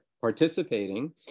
Participating